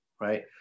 right